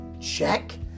check